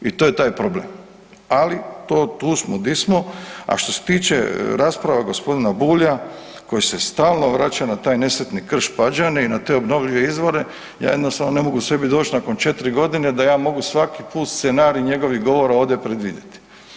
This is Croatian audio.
I to je taj problem ali tu smo di smo a što se tiče rasprave g. Bulja koji se stalno vraća na taj nesretni Krš Pađene i na te obnovljive izvore, ja jednostavno ne mogu sebi doć nakon 4 g. da ja mogu svaki put scenarij njegovih govora ovdje predvidjeti.